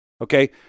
okay